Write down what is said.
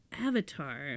Avatar